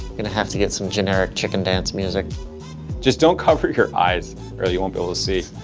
gonna have to get some generic chicken dance music just don't cover your eyes or you won't be able to see